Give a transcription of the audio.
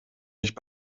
nicht